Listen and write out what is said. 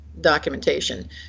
documentation